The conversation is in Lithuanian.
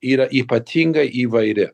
yra ypatingai įvairi